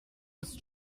ist